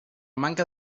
manca